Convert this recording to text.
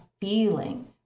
feeling